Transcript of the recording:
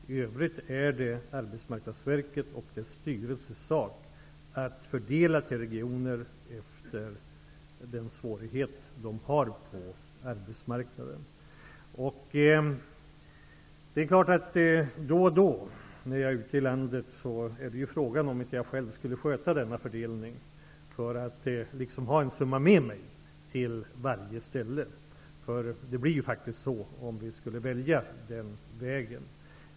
I övrigt är det Arbetsmarknadsverket och dess styrelses uppgift att fördela pengar till regionerna efter de svårigheter som de har på arbetsmarknaden. Frågan är om jag inte skulle sköta denna fördelning, för att ha en summa med mig till varje ställe när jag är ute i landet. Det blir faktiskt på det sättet om vi skulle välja den vägen.